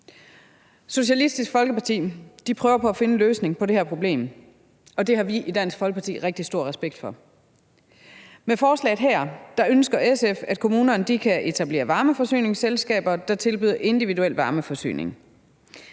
Socialistisk Folkeparti prøver at finde en løsning på det her problem, det har vi i Dansk Folkeparti rigtig stor respekt for. Med forslaget her ønsker SF at kommunerne kan etablere varmeforsyningsselskaber, der tilbyder individuel varmeforsyning.